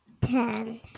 ten